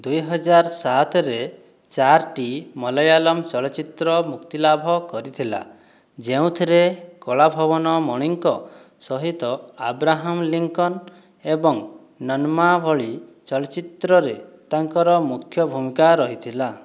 ଦୁଇହଜାର ସାତରେ ଚାରଟି ମଲୟାଲମ ଚଳଚ୍ଚିତ୍ର ମୁକ୍ତିଲାଭ କରିଥିଲା ଯେଉଁଥିରେ କଳାଭବନ ମଣିଙ୍କ ସହିତ ଆବ୍ରାହମ ଲିଙ୍କନ ଏବଂ ନନ୍ମା ଭଳି ଚଳଚ୍ଚିତ୍ରରେ ତାଙ୍କର ମୁଖ୍ୟ ଭୂମିକା ରହିଥିଲା